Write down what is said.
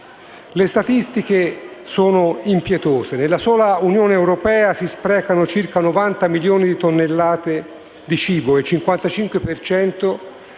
Le statistiche sono impietose: nella sola Unione europea si sprecano circa 90 milioni di tonnellate di cibo e il 55